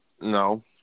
No